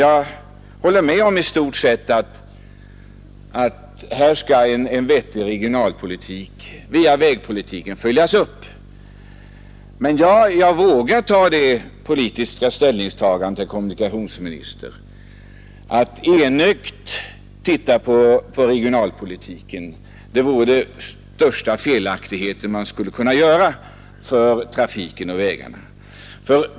Jag håller i stort sett med om att här skall en vettig regionalpolitik via vägpolitiken följas upp. Men jag vågar göra det politiska ställningstagandet, herr kommunikationsminister, att jag säger att det vore fel när det gäller trafiken och vägarna att enögt se på regionalpolitiken.